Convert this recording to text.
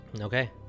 Okay